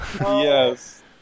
Yes